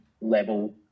level